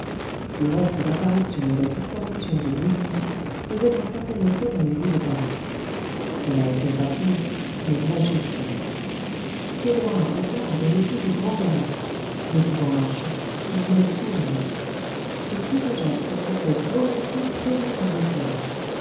du reste l'apparition et la disparition de louis xviii faisaient un certain effet dans les rues de paris cela était rapide mais majestueux ce roi impotent avait le goût du grand galop ne pouvant marcher il voulait courir ce cul-de-jatte se fût fait volontiers traîner par l'éclair